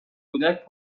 کودک